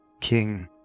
King